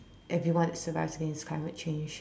everyone that survives against climate change